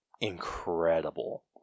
incredible